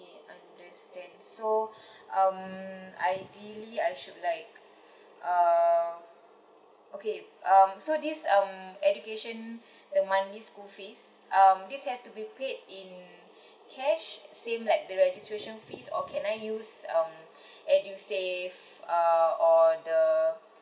okay understand so um ideally I should like uh okay um so this um education the monthly school fees um this has to be paid in cash same like the registration fees or can I use um edusave uh or the